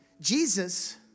Jesus